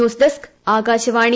news desk Akashvani